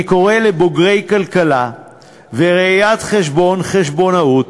אני קורא לבוגרי כלכלה וראיית-חשבון, חשבונאות,